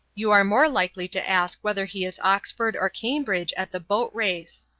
you are more likely to ask whether he is oxford or cambridge at the boat race.